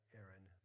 Aaron